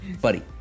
buddy